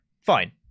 Fine